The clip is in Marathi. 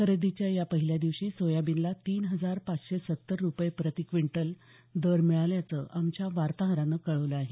खरेदीच्या या पहिल्या दिवशी सोयाबीनला तीन हजार पाचशे सत्तर रुपये प्रति क्विंटल दर मिळाल्याचं आमच्या वार्ताहरानं कळवलं आहे